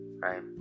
...right